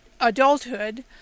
adulthood